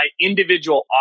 individual